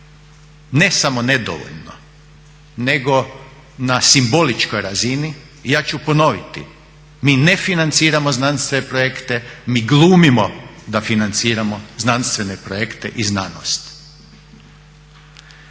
ne samo nedovoljno nego na simboličkoj razini. I ja ću ponoviti, mi ne financiramo znanstvene projekte, mi glumimo da financiramo znanstvene projekte i znanost.